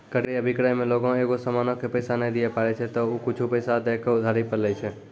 क्रय अभिक्रय मे लोगें एगो समानो के पैसा नै दिये पारै छै त उ कुछु पैसा दै के उधारी पे लै छै